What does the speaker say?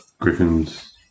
Griffin's